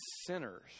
sinners